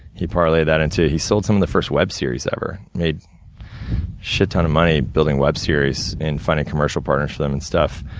he parlayed that into, he sold some of the first web series ever. made a shit ton of money, building web series, and finding commercial partners for them and stuff.